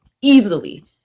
easily